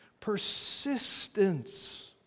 Persistence